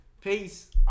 peace